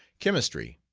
chemistry.